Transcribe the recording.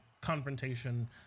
confrontation